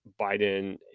Biden